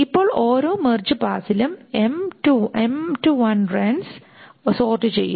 ഇപ്പോൾ ഓരോ മെർജ് പാസ്സിലും റൺസ് സോർട് ചെയ്യുന്നു